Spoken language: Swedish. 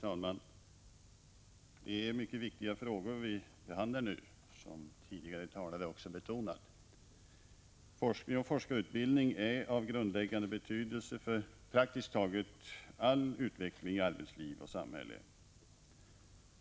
Herr talman! Det är mycket viktiga frågor vi nu behandlar, som tidigare talare också har betonat. Forskning och forskarutbildning är av grundläggande betydelse för praktiskt taget all utveckling i arbetsliv och samhälle.